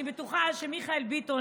אני בטוחה שמיכאל ביטון,